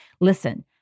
Listen